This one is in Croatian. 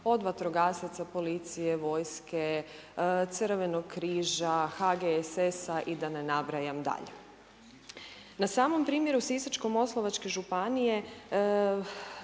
od vatrogasaca, policije, vojske, crvenog križa, HGSS-a i da ne nabrajam dalje. Na samom primjeru Sisačko-moslavačke županije